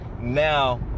now